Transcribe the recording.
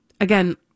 again